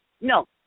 No